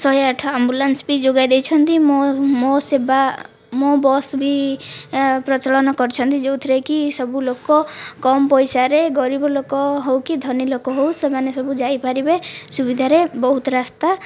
ଶହେ ଆଠ ଆମ୍ବୁଲାନ୍ସ ବି ଯୋଗାଇ ଦେଇଛନ୍ତି ମୋ' ମୋ' ସେବା ମୋ' ବସ୍ ବି ପ୍ରଚଳନ କରିଛନ୍ତି ଯେଉଁଥିରେକି ସବୁ ଲୋକ କମ୍ ପଇସାରେ ଗରିବ ଲୋକ ହେଉ କି ଧନୀ ଲୋକ ହେଉ ସେମାନେ ସବୁ ଯାଇପାରିବେ ସୁବିଧାରେ ବହୁତ ରାସ୍ତା